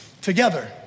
together